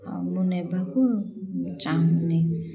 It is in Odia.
ଆଉ ମୁଁ ନେବାକୁ ଚାହୁଁନି